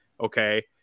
okay